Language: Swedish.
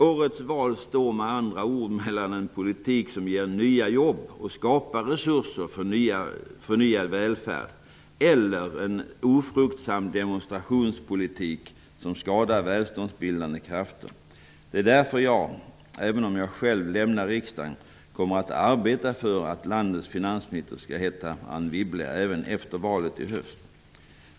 Årets val står med andra ord mellan en politik som ger nya jobb och skapar resurser för förnyad välfärd och en ofruktsam demonstrationspolitik som skadar välståndsbildande krafter. Det är därför som jag -- även om jag själv lämnar riksdagen -- kommer att arbeta för att landets finansminister skall heta Anne Wibble även efter valet i höst.